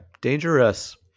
Dangerous